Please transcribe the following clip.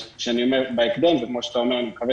כשאני אומר "בהקדם" - זה כמו שאתה אומר - אני מקווה